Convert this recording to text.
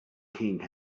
king